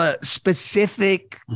specific